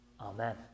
Amen